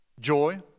Joy